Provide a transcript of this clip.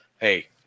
Hey